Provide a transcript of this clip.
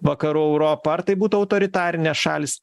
vakarų europa ar tai būtų autoritarinės šalys